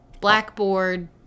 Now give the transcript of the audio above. Blackboard